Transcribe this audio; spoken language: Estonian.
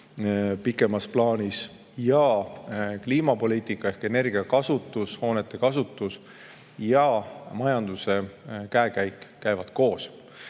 pikemas plaanis – ning kliimapoliitika ehk energia kasutus, hoonete kasutus ja majanduse käekäik käivad koos.